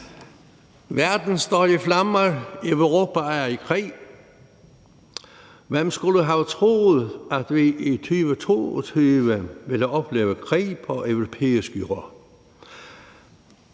Verden står i flammer, Europa er i krig. Hvem skulle have troet, at vi i 2022 ville opleve krig på europæisk jord?